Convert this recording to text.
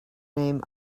name